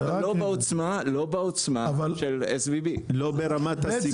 אבל לא בעוצמה של SVB. אתה יכול להגיד שלא ברמת הסיכון?